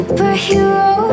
Superhero